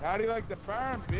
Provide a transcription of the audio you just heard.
um me like they